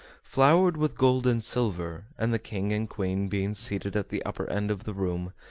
flowered with gold and silver and the king and queen being seated at the upper end of the room,